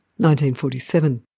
1947